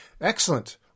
Excellent